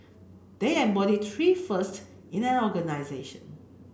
they embody three first in an organisation